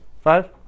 Five